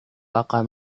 akan